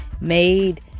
made